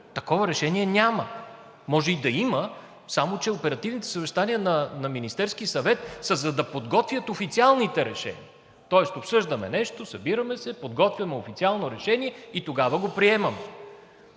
Такова решение няма. Може и да има, само че оперативните съвещания на Министерския съвет са за да подготвят официалните решения, тоест обсъждаме нещо, събираме се, подготвяме официално решение и тогава го приемаме.